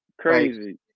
Crazy